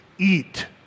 eat